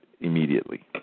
immediately